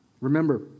Remember